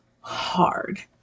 hard